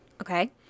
Okay